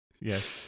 Yes